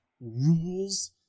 rules